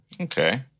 Okay